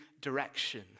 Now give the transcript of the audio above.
direction